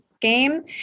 game